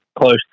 close